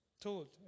told